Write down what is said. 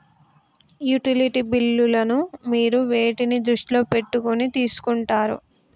Utility బిల్లులను మీరు వేటిని దృష్టిలో పెట్టుకొని తీసుకుంటారు?